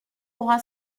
aura